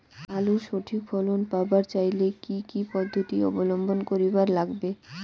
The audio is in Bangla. আলুর সঠিক ফলন পাবার চাইলে কি কি পদ্ধতি অবলম্বন করিবার লাগবে?